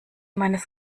meines